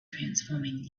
transforming